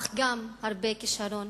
אך גם הרבה כשרון,